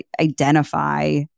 identify